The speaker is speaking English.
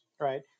right